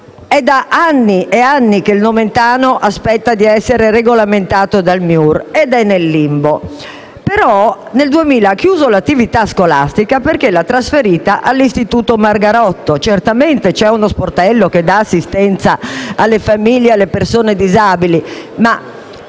È da anni che il Nomentano aspetta di essere regolamentato dal MIUIR e si trova in un limbo, ma nel 2000 ha chiuso l'attività scolastica perché l'ha trasferita all'istituto Margarotto. Certamente c'è uno sportello che dà assistenza alle persone disabili ed